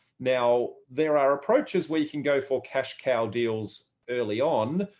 now there are approaches where you can go for cash cow deals early on,